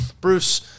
Bruce